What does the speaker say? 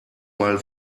mal